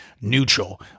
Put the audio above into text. neutral